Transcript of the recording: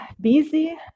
busy